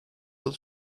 yıl